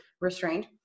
Restrained